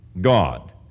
God